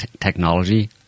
technology